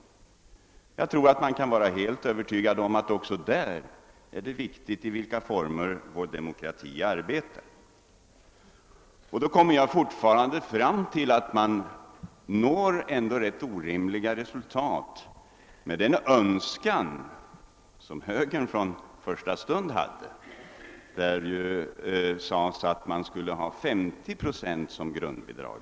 Jag tror vi alla kan vara helt övertygade om att det också på det kommunala området är viktigt i vilka former vår demokrati arbetar. Jag finner då att den inställning som högern från första stund hade leder till orimliga resultat. Man talade om 50 procent i grundbidrag.